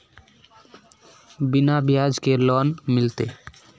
बिना ब्याज के लोन मिलते?